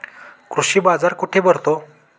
कृषी बाजार कुठे भरतो?